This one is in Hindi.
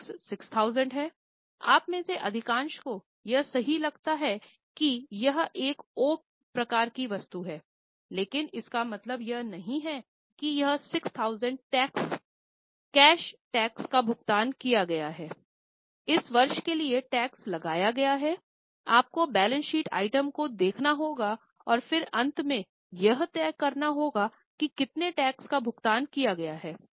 टैक्स 6000 है आप में से अधिकांश को यह सही लगता है कि यह एक ओ प्रकार की वस्तु है लेकिन इसका मतलब यह नहीं है कि यह 6000 कैश टैक्स का भुगतान किया गया है इस वर्ष के लिए टैक्स लगाया गया हैआप को बैलेंस शीट आइटम को देखना होगा और फिर अंत में यह तय करना होगा कि कितना टैक्स का भुगतान किया गया है